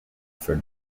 for